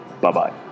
Bye-bye